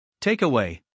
Takeaway